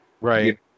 Right